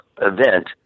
event